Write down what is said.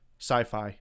sci-fi